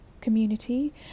community